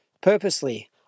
Purposely